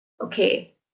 okay